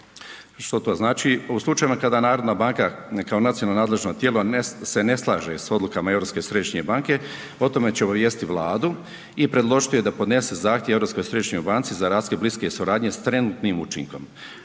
Što to znači? U slučajevima kada HNB kao nacionalno nadležno tijelo se ne slaže sa odlukama Europske središnje banke o tome će obavijestiti Vladu i predložiti joj da podnese zahtjev Europskoj središnjoj banci za raskid bliske suradnje s trenutnim učinkom.